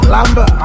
Lamba